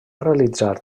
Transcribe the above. realitzar